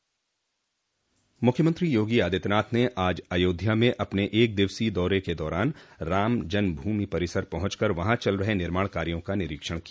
मुख्यमंत्री योगी आदित्यनाथ ने आज अयोध्या में अपने एक दिवसीय दौरे के दौरान रामजन्म भूमि परिसर पहुंचकर वहां चल रहे निर्माण कार्यो का निरीक्षण किया